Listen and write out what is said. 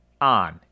On